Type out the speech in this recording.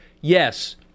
yes